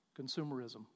consumerism